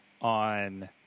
on